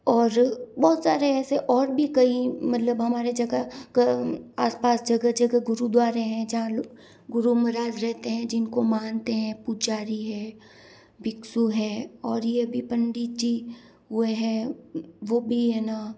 और बहुत सारे ऐसे और भी कई मतलब हमारे जगह आसपास जगह जगह गुरुद्वारे हैं यहाँ गुरु महाराज रहते हैं जिनको मानते हैं पुजारी है भिक्षु है और यह भी पंडित जी वो हैं वो भी है ना